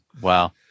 wow